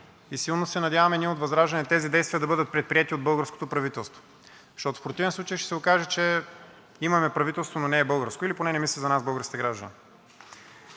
и силно се надяваме ние от ВЪЗРАЖДАНЕ тези действия да бъдат предприети от българското правителство. Защото в противен случай ще се окаже, че имаме правителство, но не е българско или поне не мисли за нас българските граждани.